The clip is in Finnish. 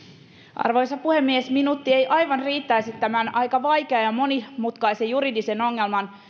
arvoisa puhemies minuutti ei aivan riittäisi tämän aika vaikean ja monimutkaisen juridisen ongelman